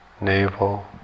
navel